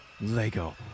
Lego